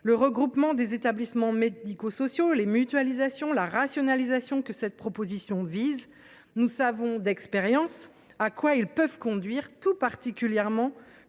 le regroupement des établissements médico sociaux, les mutualisations, la rationalisation que ce texte vise. Nous savons d’expérience à quoi ces derniers peuvent conduire, tout particulièrement